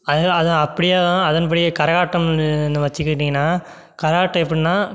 அது அதுவும் அப்படியே தான் அதன்படியே கரகாட்டம்முன்னு வந்து வச்சுக்கிட்டிங்கன்னா கரகாட்டம் எப்படின்னா